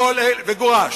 וגורש.